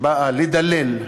ובאה לדלל,